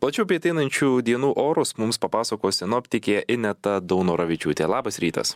plačiau bei ateinančių dienų orus mums papasakos sinoptikė ineta daunoravičiūtė labas rytas